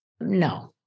no